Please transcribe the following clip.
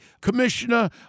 commissioner